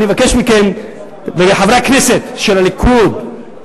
ולחברי הכנסת של הליכוד,